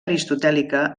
aristotèlica